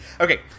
Okay